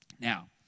Now